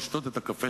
לא ישנה את דעתו.